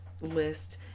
list